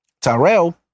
Tyrell